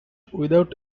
without